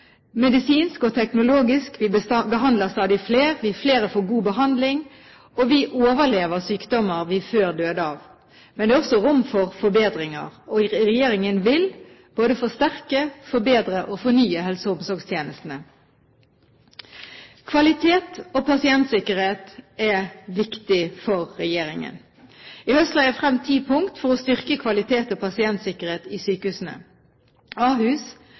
medisinsk og teknologisk. Vi behandler stadig flere, flere får god behandling, og vi overlever sykdommer vi før døde av. Men det er også rom for forbedringer, og regjeringen vil både forsterke, forbedre og fornye helse- og omsorgstjenestene. Kvalitet og pasientsikkerhet er viktig for regjeringen. I høst la jeg frem ti punkter for å styrke kvalitet og pasientsikkerhet i sykehusene.